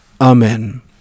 Amen